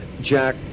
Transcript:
Jack